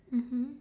mmhmm